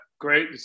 great